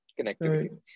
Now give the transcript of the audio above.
connectivity